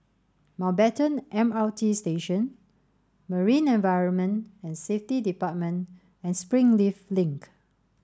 Mountbatten M R T Station Marine Environment and Safety Department and Springleaf Link